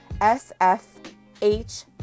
S-F-H